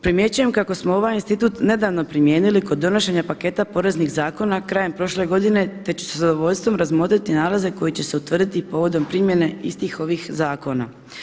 Primjećujem kako smo ovaj institut nedavno primijenili kod donošenja paketa poreznih zakona krajem prošle godine, te ću sa zadovoljstvom razmotriti nalaze koji će se utvrditi povodom primjene istih ovih zakona.